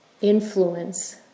influence